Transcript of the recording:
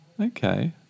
Okay